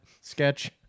sketch